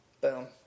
Boom